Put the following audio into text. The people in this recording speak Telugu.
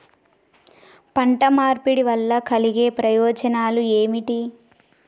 పంట మార్పిడి వల్ల కలిగే ప్రయోజనాలు ఏమిటి?